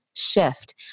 shift